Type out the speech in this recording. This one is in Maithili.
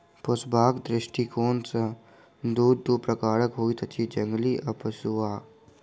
पोसबाक दृष्टिकोण सॅ पशु दू प्रकारक होइत अछि, जंगली आ पोसुआ